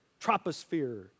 troposphere